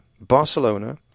Barcelona